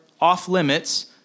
off-limits